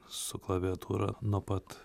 su klaviatūra nuo pat